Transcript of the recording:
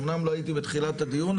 אמנם לא הייתי בתחילת הדיון,